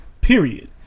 Period